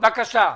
בבקשה.